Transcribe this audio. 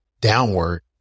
downward